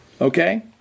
Okay